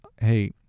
hey